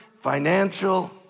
financial